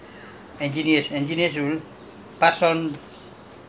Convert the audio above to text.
will send to the M_D M_D will send down to the